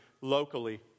locally